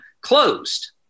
closed